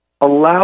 allow